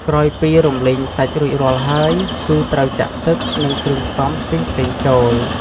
ក្រោយពីរំលីងសាច់រួចរាល់ហើយ គឺត្រូវចាក់ទឹក និងគ្រឿងផ្សំផ្សេងៗចូល។